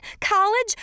college